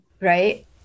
right